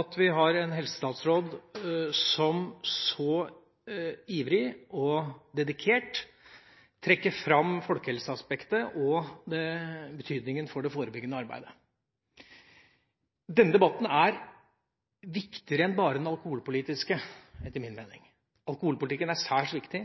at vi har en helsestatsråd som så ivrig og dedikert trekker fram folkehelseaspektet og betydningen av det forebyggende arbeidet. Denne debatten er viktigere enn bare den alkoholpolitiske, etter min mening. Alkoholpolitikken er særs viktig.